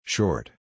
Short